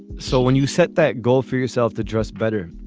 so when you set that goal for yourself to dress better,